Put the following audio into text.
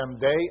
day